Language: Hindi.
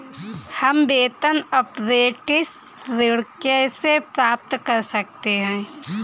हम वेतन अपरेंटिस ऋण कैसे प्राप्त कर सकते हैं?